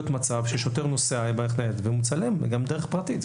מצב ששוטר נוסע ומצלם גם בדרך פרטית.